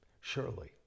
Surely